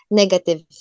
negative